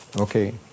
Okay